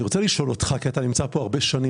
אני רוצה לשאול אותך כי אתה נמצא פה הרבה שנים,